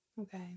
Okay